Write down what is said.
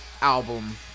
album